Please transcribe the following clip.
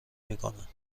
میکنند